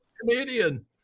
comedian